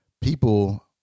people